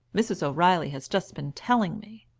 mrs. o'reilly has just been telling me.